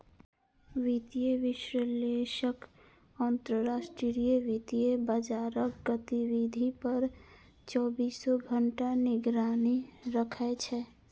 वित्तीय विश्लेषक अंतरराष्ट्रीय वित्तीय बाजारक गतिविधि पर चौबीसों घंटा निगरानी राखै छै